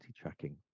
tracking